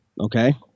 okay